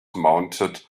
mounted